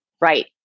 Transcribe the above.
Right